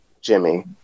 Jimmy